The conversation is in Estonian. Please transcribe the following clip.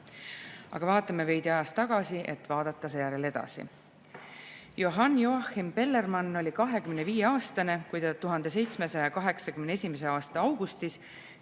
vaatame veidi ajas tagasi, et vaadata seejärel edasi. Johann Joachim Bellermann oli 25-aastane, kui ta 1781. aasta augustis